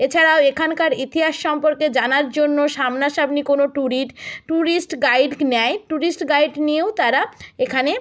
এছাড়াও এখানকার ইতিহাস সম্পর্কে জানার জন্য সামনাসামনি কোনো ট্যুরিস্ট ট্যুরিস্ট গাইড নেয় ট্যুরিস্ট গাইড নিয়েও তারা এখানে